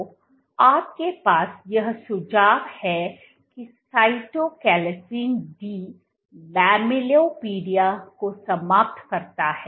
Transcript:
तो आपके पास यह सुझाव है कि साइटोकैलासिन डी लैमेलिपोडियाlamellipodiaको समाप्त करता है